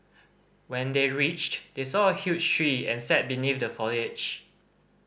when they reached they saw a huge tree and sat beneath the foliage